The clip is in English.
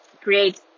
create